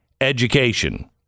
education